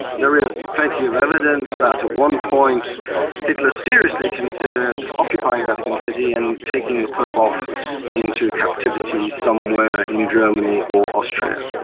there was plenty of evidence that at one point hitler seriously considered occupying vatican city and taking the pope off into captivity somewhere in germany or austria.